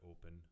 open